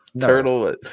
Turtle